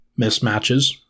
mismatches